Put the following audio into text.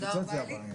תודה רבה, עלי.